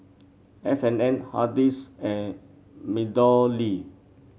F and N Hardy's and MeadowLea